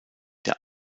der